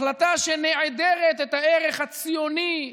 החלטה שנעדרת את הערך הציוני,